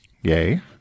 Yay